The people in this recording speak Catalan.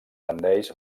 rendeix